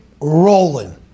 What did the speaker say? rolling –